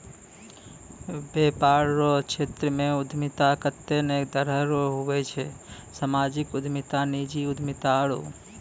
वेपार रो क्षेत्रमे उद्यमिता कत्ते ने तरह रो हुवै छै सामाजिक उद्यमिता नीजी उद्यमिता आरु